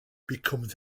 becomes